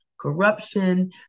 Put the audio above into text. corruption